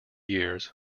years